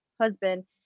husband